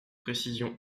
précision